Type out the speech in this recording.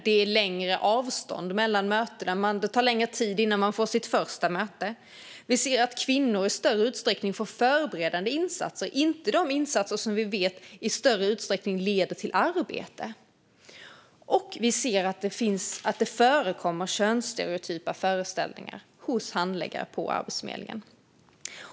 Det är längre avstånd mellan mötena. Det tar längre tid innan de får sitt första möte. Vi ser att kvinnor i större utsträckning får förberedande insatser och inte de insatser som vi vet i större utsträckning leder till arbete. Vi ser att det förekommer könsstereotypa föreställningar hos handläggare på Arbetsförmedlingen.